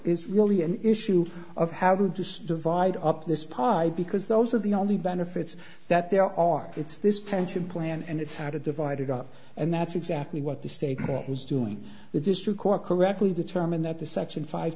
is really an issue of having to divide up this pie because those are the only benefits that there are it's this pension plan and it's how to divide it up and that's exactly what the state is doing the district court correctly determined that the section five